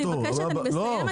אני מסיימת.